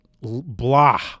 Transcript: blah